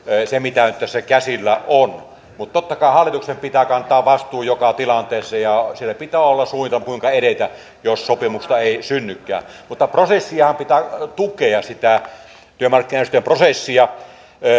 se mitä tässä käsillä on mutta totta kai hallituksen pitää kantaa vastuu joka tilanteessa ja sillä pitää olla suunnitelma kuinka edetä jos sopimusta ei synnykään mutta prosessinhan pitää tukea sitä työmarkkinajärjestöjen prosessia